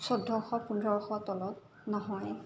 চৈধ্যশ পোন্ধৰশৰ তলত নহয়